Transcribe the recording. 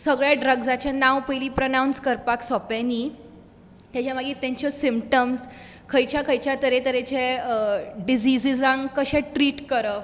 सगळे ड्रग्जाचें नांव पयलीं प्रनावंस करपाक सोपें नी तेज्या मागीर तेज्यो सिमटम्स खंयच्या खंयच्या तरेतरेचे डिजिजांक कशें ट्रिट करप